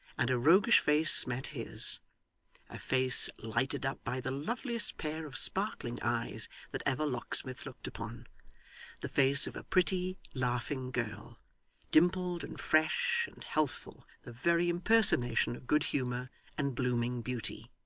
and a roguish face met his a face lighted up by the loveliest pair of sparkling eyes that ever locksmith looked upon the face of a pretty, laughing, girl dimpled and fresh, and healthful the very impersonation of good-humour and blooming beauty.